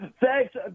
Thanks